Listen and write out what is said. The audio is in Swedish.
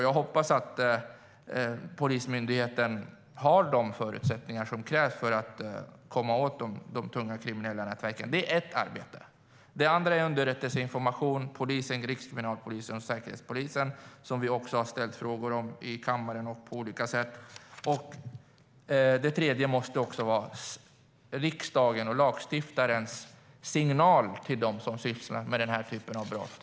Jag hoppas att polismyndigheten har de förutsättningar som krävs för att komma åt de tunga kriminella nätverken. Det är ett arbete. Det tredje gäller riksdagens, lagstiftarens, signal till dem som sysslar med den typen av brott.